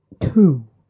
two